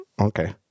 okay